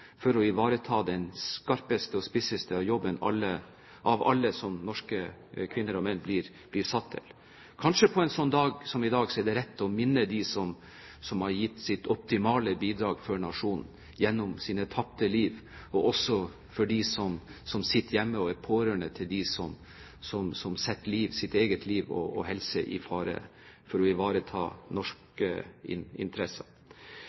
for å ivareta den skarpeste og spisseste jobben av alle som norske kvinner og menn blir satt til. Kanskje er det på en slik dag som i dag rett å minnes dem som har gitt sitt optimale bidrag for nasjonen gjennom sine tapte liv, og også dem som sitter hjemme og er pårørende til dem som setter sitt eget liv og sin egen helse i fare for å ivareta norske interesser.